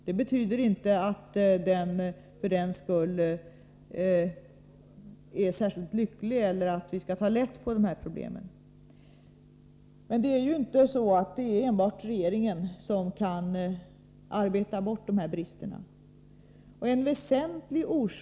Det betyder inte att den för den skull är mindre besvärande eller att vi skall ta lätt på de här problemen, men det är ju inte så att regeringen ensam kan arbeta bort dessa brister.